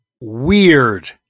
weird